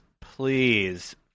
please